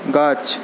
গাছ